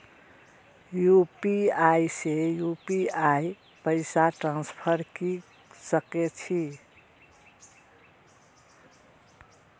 UPI से UPI पैसा transfer की सके छी?